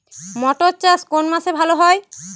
মটর চাষ কোন মাসে ভালো হয়?